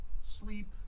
sleep